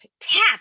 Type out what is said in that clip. TAP